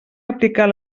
aplicar